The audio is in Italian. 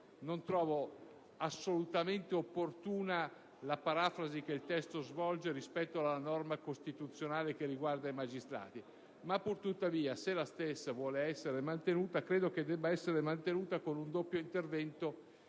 Non trovo assolutamente opportuna la parafrasi che il testo svolge rispetto alla norma costituzionale che riguarda i magistrati. Pur tuttavia, se la stessa si vuole mantenere, credo si debba farlo con il doppio intervento